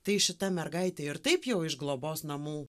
tai šita mergaitė ir taip jau iš globos namų